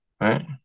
Right